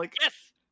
yes